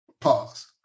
Pause